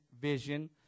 vision